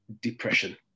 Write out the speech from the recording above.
depression